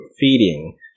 feeding